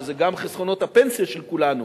שזה גם חסכונות הפנסיה של כולנו